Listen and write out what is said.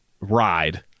ride